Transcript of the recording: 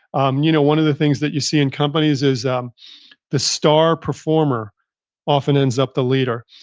um you know one of the things that you see in companies is um the star performer often ends up the leader.